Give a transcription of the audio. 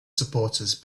supporters